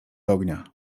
ognia